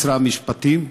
משרד המשפטים,